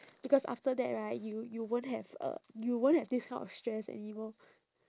because after that right you you won't have uh you won't have this kind of stress anymore